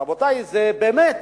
רבותי, באמת,